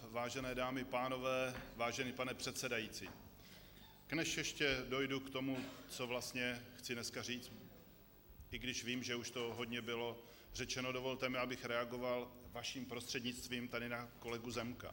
Vážené dámy, pánové, vážený pane předsedající, než ještě dojdu k tomu, co vlastně chci dneska říct, i když vím, že už toho hodně bylo řečeno, dovolte mi, abych reagoval vaším prostřednictvím na kolegu Zemka.